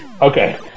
Okay